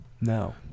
No